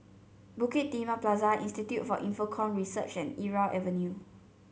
Bukit Timah Plaza Institute for Infocomm Research and Irau Avenue